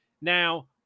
now